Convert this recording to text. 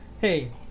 Hey